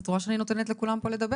את רואה שאני נותנת לכולם פה לדבר,